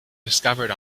discovered